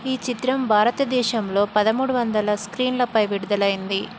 ఈ చిత్రం భారతదేశంలో పదమూడు వందల స్క్రీన్లపై విడుదలైంది